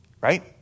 Right